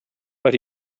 but